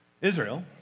Israel